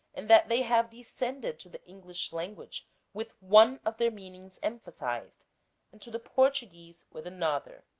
and that they have descended to the english language with one of their meanings em phasized, and to the portuguese with another.